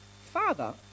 Father